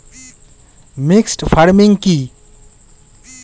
Mixed farming কি?